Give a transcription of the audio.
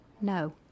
No